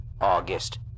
August